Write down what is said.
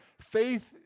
Faith